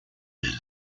les